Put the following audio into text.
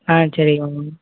ஆ சரிங்க மேம்